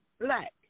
black